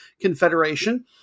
Confederation